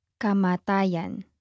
Kamatayan